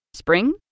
Spring